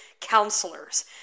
counselors